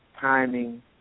timing